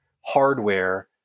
hardware